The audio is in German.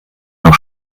noch